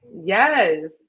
yes